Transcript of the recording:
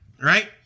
Right